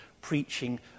preaching